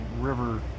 river